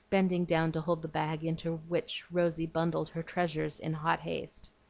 bending down to hold the bag, into which rosy bundled her treasures in hot haste.